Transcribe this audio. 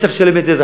מי צריך לשלם את זה?